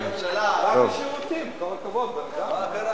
הלך לשירותים, עם כל הכבוד, בן אדם.